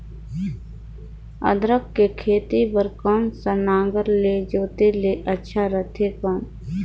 अदरक के खेती बार कोन सा नागर ले जोते ले अच्छा रथे कौन?